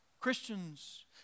Christians